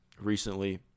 recently